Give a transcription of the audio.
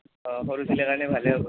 অঁ সৰুগিলা কাৰণে ভালেই হ'ব দে